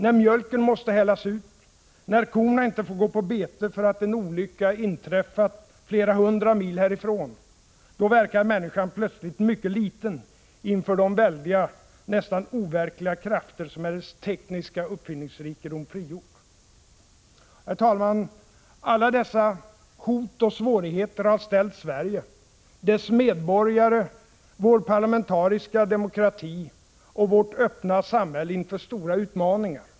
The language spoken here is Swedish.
När mjölken måste hällas ut, när korna inte får gå på bete för att en olycka inträffat flera hundra mil härifrån — då verkar människan plötsligt mycket liten inför de väldiga, nästan overkliga krafter som hennes tekniska uppfinningsrikedom frigjort. Herr talman! Alla dessa hot och svårigheter har ställt Sverige, dess medborgare, vår parlamentariska demokrati och vårt öppna samhälle inför stora utmaningar.